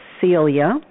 Celia